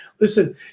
listen